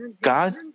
God